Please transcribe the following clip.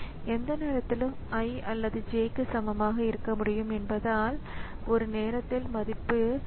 எனவே இது ஒரு நிகழ்வின் நிகழ்வைக் குறிக்கிறது என்பதைக் காண்போம் அதன்படி கணினி அவற்றின் செயல்பாட்டைச் செய்யத் தொடங்குகிறது